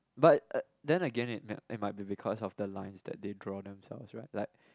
but uh then again it it might because of the lines that they draw themselves right like